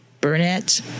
burnett